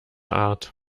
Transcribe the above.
art